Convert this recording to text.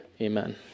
Amen